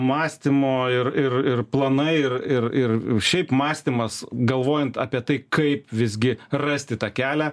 mąstymo ir ir ir planai ir ir ir šiaip mąstymas galvojant apie tai kaip visgi rasti tą kelią